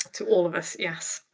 to all of us, yes.